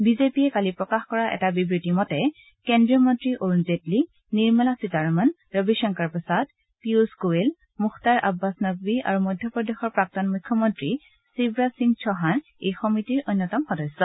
বিজেপিয়ে কালি প্ৰকাশ কৰা এটা বিবতি মতে কেন্দ্ৰীয় মন্ত্ৰী অৰুণ জেটলী নিৰ্মলা সীতাৰমণ ৰবিশংকৰ প্ৰসাদ পীয়ুষ গোৱেল মুখতাৰ আববাছ নকভী আৰু মধ্যপ্ৰদেশৰ প্ৰাক্তন মুখ্যমন্ত্ৰী শিৱৰাজ সিং চৌহান এই সমিতিৰ অন্যতম সদস্য